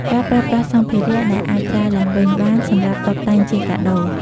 ការប្រើប្រាស់សម្ភារៈដែលអាចប្រើឡើងវិញបានសម្រាប់តុបតែងជាកាដូរ។